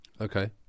Okay